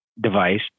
device